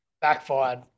Backfired